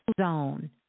zone